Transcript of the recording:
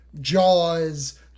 Jaws